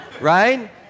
right